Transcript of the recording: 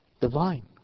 Divine